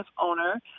owner